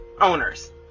owners